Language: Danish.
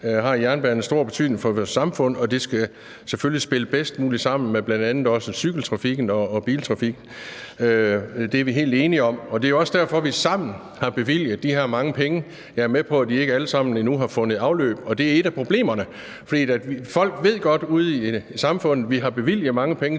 har jernbanen stor betydning for vores samfund, og den skal selvfølgelig spille bedst muligt sammen med bl.a. også cykeltrafikken og biltrafikken. Det er vi helt enige om. Det er også derfor, vi sammen har bevilget de her mange penge. Jeg er med på, at de ikke alle sammen endnu har fundet afløb, og det er et af problemerne. For folk ved godt ude i samfundet, at vi har bevilget mange penge til